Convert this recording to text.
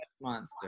Monster